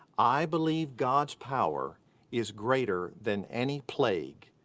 i believe god's power is greater than any plague,